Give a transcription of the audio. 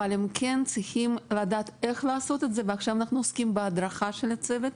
הם כן צריכים לדעת איך לעשות את זה ועכשיו אנחנו עוסקים בהדרכת הצוות.